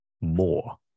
more